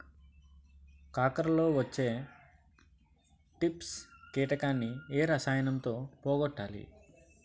కాకరలో వచ్చే ట్రిప్స్ కిటకని ఏ రసాయనంతో పోగొట్టాలి?